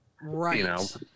Right